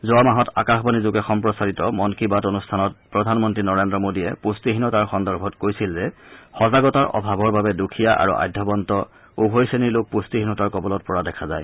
যোৱা মাহত আকাশবাণীযোগে সম্প্ৰচাৰিত মন কী বাত অনুষ্ঠানত প্ৰধানমন্ত্ৰী নৰেন্দ্ৰ মোডীয়ে পুষ্টিহীনতাৰ সন্দৰ্ভত কৈছিল যে সজাগতাৰ অভাৱৰ বাবে দুখীয়া আৰু আঢ্যবন্ত উভয় শ্ৰেণীৰ লোক পুষ্টিহীনতাৰ কৱলত পৰা দেখা যায়